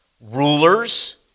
rulers